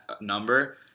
number